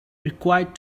required